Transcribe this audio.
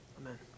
Amen